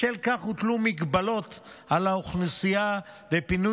בשל כך הוטלו מגבלות על האוכלוסייה ופונו